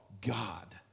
God